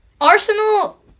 Arsenal